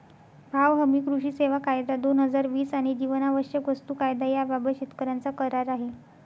भाव हमी, कृषी सेवा कायदा, दोन हजार वीस आणि जीवनावश्यक वस्तू कायदा याबाबत शेतकऱ्यांचा करार आहे